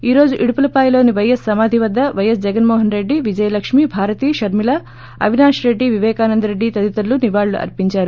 ఈ రోజు ఇడుపులపాయలోని పైఎస్ సమాధి వద్ద వైఎస్ జగన్మోహన్రెడ్డి విజయలక్కీ భారతి షర్మిలా అవినాష్ రెడ్డి విపేకానంద రెడ్డి తదితరులు నివాళులు అర్పించారు